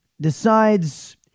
decides